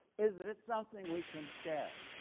is that it's something we can share.